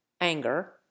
anger